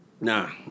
Nah